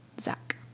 Zach